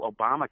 Obama